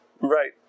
Right